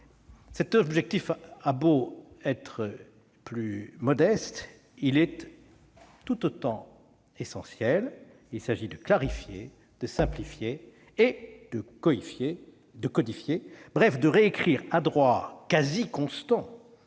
Cet objectif a beau être plus modeste, il est tout autant essentiel : il s'agit de clarifier, de simplifier et de codifier, bref de réécrire à droit quasi constant